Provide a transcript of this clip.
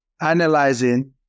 analyzing